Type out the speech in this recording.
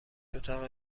اتاق